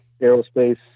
aerospace